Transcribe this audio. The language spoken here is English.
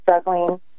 struggling